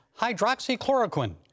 hydroxychloroquine